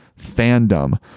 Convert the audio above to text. fandom